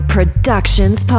Productions